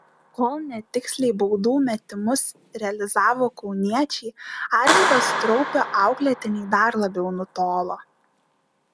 kol netiksliai baudų metimus realizavo kauniečiai arvydo straupio auklėtiniai dar labiau nutolo